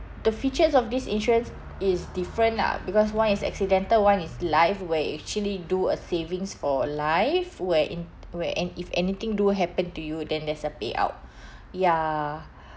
the features of these insurance is different lah because one is accidental one is life where you actually do a savings for life where in where and if anything do happen to you then there's a payout ya